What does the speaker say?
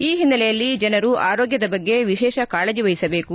ಈ ಹಿನ್ನೆಲೆಯಲ್ಲಿ ಜನರು ಆರೋಗ್ಯದ ಬಗ್ಗೆ ವಿಶೇಷ ಕಾಳಜಿ ವಹಿಸಬೇಕು